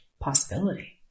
Possibility